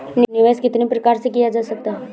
निवेश कितनी प्रकार से किया जा सकता है?